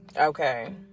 okay